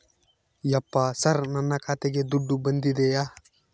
ಯಪ್ಪ ಸರ್ ನನ್ನ ಖಾತೆಗೆ ದುಡ್ಡು ಬಂದಿದೆಯ?